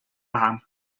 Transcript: vähem